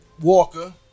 walker